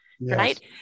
right